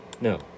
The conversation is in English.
No